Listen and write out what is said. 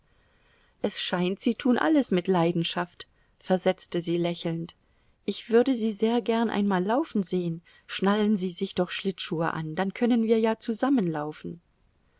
es scheint sie tun alles mit leidenschaft versetzte sie lächelnd ich würde sie sehr gern einmal laufen sehen schnallen sie sich doch schlittschuhe an dann können wir ja zusammen